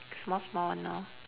small small one lor